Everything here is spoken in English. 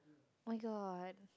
oh-my-god